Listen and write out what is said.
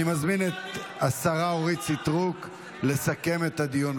אני מזמין את השרה אורית סטרוק לסכם את הדיון,